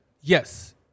yes